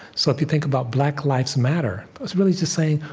so if you think about black lives matter, it's really just saying,